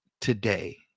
today